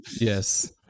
Yes